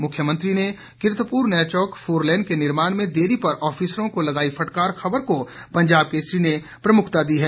मुख्यमंत्री ने Kiratpur Nerchowk four lane के निर्माण में देरी पर ऑफिसरों को लगाई फटकार खबर को पंजाब केसरी ने प्रमुखता दी है